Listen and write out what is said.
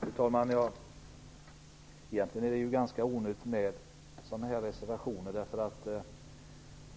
Fru talman! Egentligen är det ganska onödigt med sådana här reservationer.